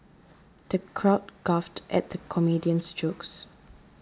the crowd guffawed at the comedian's jokes